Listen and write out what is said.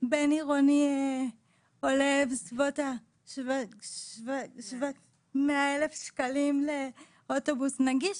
בין-עירוני עולה בסביבות 100 אלף שקלים לאוטובוס נגיש,